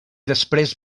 després